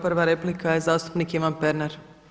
Prva replika je zastupnik Ivan Pernar.